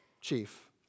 chief